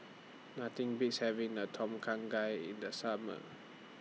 Nothing Beats having Na Tom Kha Gai in The Summer